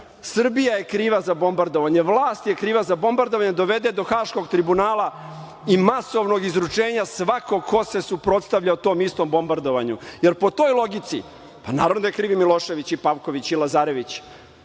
Srbija je kriva za bombardovanje, vlast je kriva za bombardovanje, dovede do Haškog tribunala i masovnog izručenja svakog ko se suprotstavljao tom istom bombardovanju, jer po toj logici, naravno da je kriv Milošević i Pavković i Lazarević.